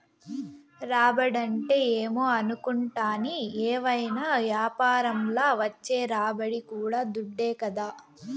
రాబడంటే ఏమో అనుకుంటాని, ఏవైనా యాపారంల వచ్చే రాబడి కూడా దుడ్డే కదా